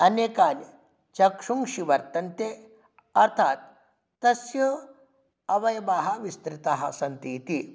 अनेकानि चक्षूंषि वर्तन्ते अर्थात् तस्य अवयवाः विस्तृताः सन्तीति